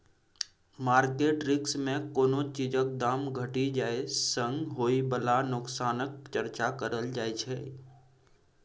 market risk मे कोनो चीजक दाम घटि जाइ सँ होइ बला नोकसानक चर्चा करल जाइ छै